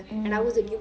mm